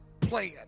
plan